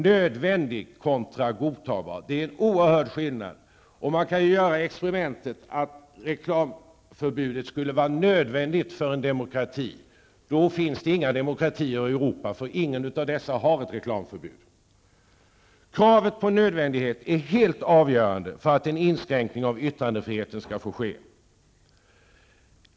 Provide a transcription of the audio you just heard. Det är en oerhörd skillnad emellan ''nödvändig'' och ''godtagbar''. Man kan göra tankeexperimentet att hävda att reklamförbudet skulle vara nödvändigt för en demokrati -- då finns det inga demokratier i Europa; inga av dessa har ett reklamförbud. Kravet på ''nödvändighet'' är helt avgörande för att en inskränkning av yttrandefriheten skall få ske.